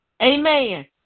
amen